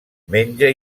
menja